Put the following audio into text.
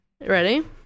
ready